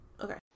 Okay